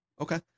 okay